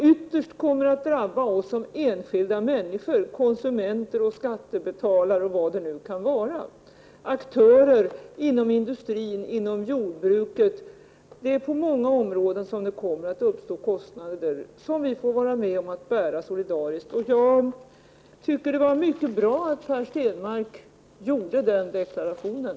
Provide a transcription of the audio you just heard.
Ytterst kommer enskilda människor, konsumenter och skattebetalare samt aktörer inom industrin och jordbruket att belastas. På många områden kommer kostnader att uppstå, och dessa får vi bära solidariskt. Det var mycket bra att Per Stenmarck gjorde den deklarationen.